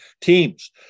Teams